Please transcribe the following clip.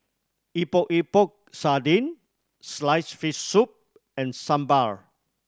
Epok Epok Sardin sliced fish soup and sambal